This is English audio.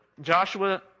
joshua